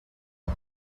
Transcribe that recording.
are